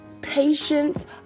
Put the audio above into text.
patience